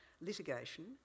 litigation